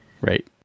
Right